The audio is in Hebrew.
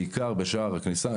בעיקר בשער הכניסה.